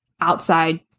outside